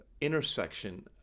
intersection